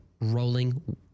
rolling